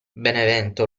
benevento